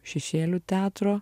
šešėlių teatro